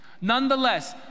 nonetheless